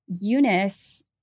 Eunice